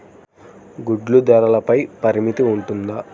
గుడ్లు ధరల పై పరిమితి ఉంటుందా?